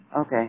Okay